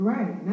Right